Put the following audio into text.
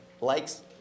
likes